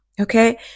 okay